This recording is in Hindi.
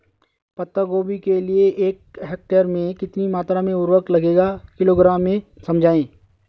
पत्ता गोभी के लिए एक हेक्टेयर में कितनी मात्रा में उर्वरक लगेगा किलोग्राम में समझाइए?